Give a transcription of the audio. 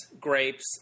grapes